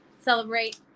celebrate